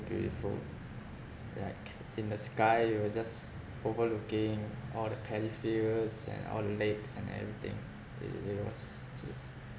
beautiful like in the sky you will just forever looking all the paddy fields and all the lakes and everything it it was just